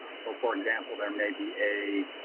so for example, there may be a